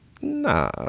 nah